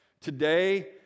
Today